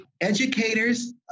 educators